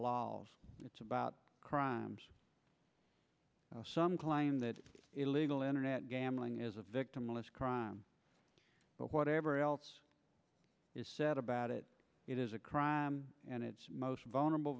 law it's about crimes some client that illegal internet gambling is a victimless crime but whatever else is said about it it is a crime and its most vulnerable